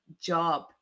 job